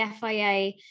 FIA